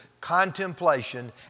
contemplation